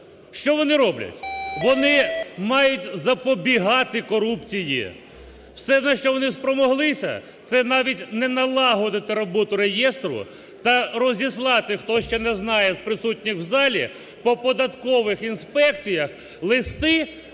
Що вони роблять? Вони мають запобігати корупції. Все, на що вони спромоглися, це навіть не налагодити роботу реєстру та розіслати, хто ще не знає з присутніх в залі, по податкових інспекціях листи,